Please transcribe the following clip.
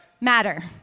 matter